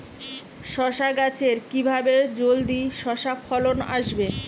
শশা গাছে কিভাবে জলদি শশা ফলন আসবে?